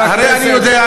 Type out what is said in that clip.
אסור להפלות אותך על סמך